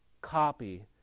copy